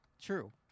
True